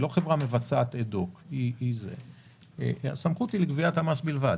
לא חברה מבצעת אד-הוק הסמכות היא לגביית המס בלבד.